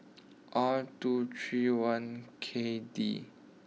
R two three one K D